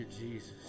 Jesus